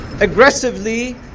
aggressively